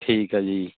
ਠੀਕ ਆ ਜੀ